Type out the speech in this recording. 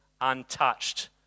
untouched